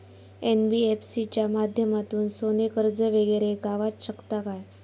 NBFC च्या माध्यमातून सोने कर्ज वगैरे गावात शकता काय?